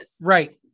Right